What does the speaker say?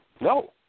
No